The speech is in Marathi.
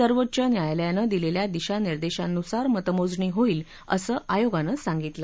सर्वोच्च न्यायालयानं दिलेल्या दिशा निर्दंशानुसार मतमोजणी होईल असं आयोगानं सांगितलं